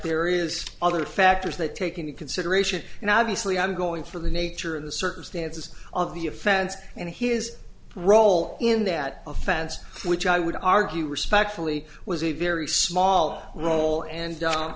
there is other factors that take into consideration and obviously i'm going for the nature of the circumstances of the offense and his role in that offense which i would argue respectfully was a very small role and